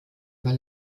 über